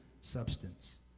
substance